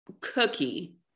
cookie